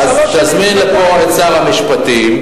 אז תזמין לפה את שר המשפטים,